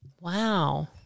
Wow